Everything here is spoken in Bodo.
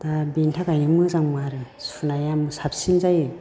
दा बेनि थाखायनो मोजां मा आरो सुनाया साबसिन जायो